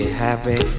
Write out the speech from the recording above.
happy